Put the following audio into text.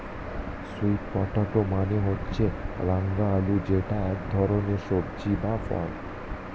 sweet potato মানে হচ্ছে রাঙা আলু যেটা এক ধরনের সবজি বা ফল